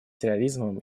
терроризмом